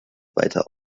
weiter